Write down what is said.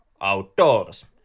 outdoors